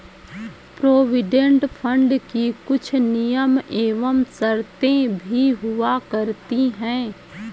provident fund की कुछ नियम एवं शर्तें भी हुआ करती हैं